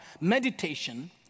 meditation